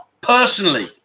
Personally